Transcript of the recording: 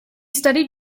studied